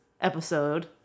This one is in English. episode